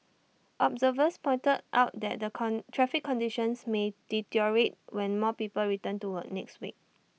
observers pointed out that the con traffic conditions may deteriorate when more people return to work next week